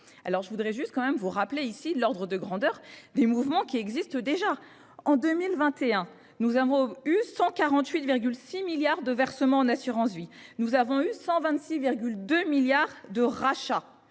Alors je voudrais juste quand même vous rappeler ici de l'ordre de grandeur des mouvements qui existe déjà en 2021 nous avons eu 148,6 milliards de versements en assurance-vie, nous avons eu 126,2 milliards de rachat.